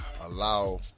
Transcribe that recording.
allow